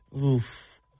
Oof